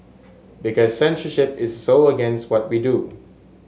because censorship is so against what we do